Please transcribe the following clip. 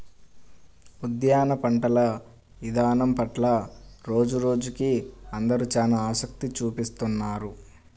ఉద్యాన పంటల ఇదానం పట్ల రోజురోజుకీ అందరూ చానా ఆసక్తి చూపిత్తున్నారు